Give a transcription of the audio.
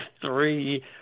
three